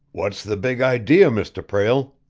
what's the big idea, mr. prale?